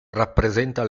rappresenta